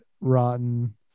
rotten